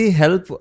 help